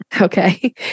Okay